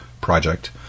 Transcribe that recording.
project